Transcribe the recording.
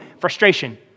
frustration